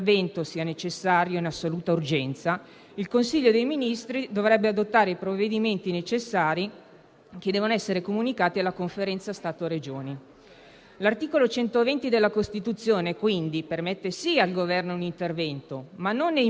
È doveroso ricordare che cinque anni fa, in campagna elettorale, il governatore Emiliano promise, tra l'altro, che il primo intervento del suo Governo sarebbe stato volto a modificare la legge elettorale regionale, inserendo fin da subito la doppia preferenza di genere.